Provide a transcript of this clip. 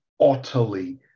utterly